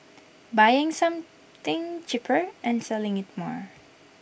buying something cheaper and selling IT more